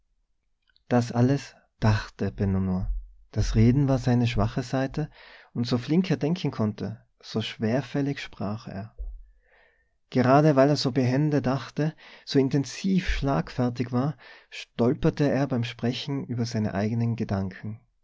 das alles dachte benno nur das reden war seine schwache seite und so flink er denken konnte so schwerfällig sprach er gerade weil er so behende dachte so intensiv schlagfertig war stolperte er beim sprechen über seine eigenen gedanken